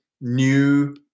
new